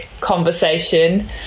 conversation